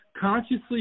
consciously